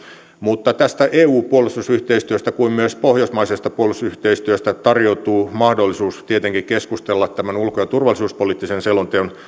mutta tästä eu puolustusyhteistyöstä kuten myös pohjoismaisesta puolustusyhteistyöstä tarjoutuu mahdollisuus tietenkin keskustella ulko ja turvallisuuspoliittisen selonteon